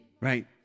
Right